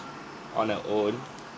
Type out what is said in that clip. on her own